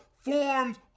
forms